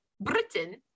Britain